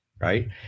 right